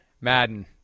Madden